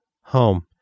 Home